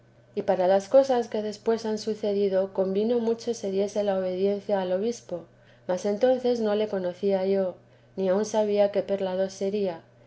y para las cosas que después han sucedido convino mucho se diese la obediencia al obispo mas entonces no le conocía yo ni aun sabía qué perlado sería